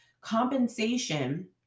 compensation